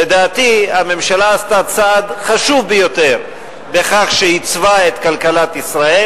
לדעתי הממשלה עשתה צעד חשוב ביותר בכך שייצבה את כלכלת ישראל.